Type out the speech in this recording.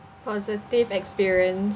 positive experience